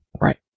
Right